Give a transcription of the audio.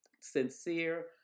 sincere